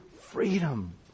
freedom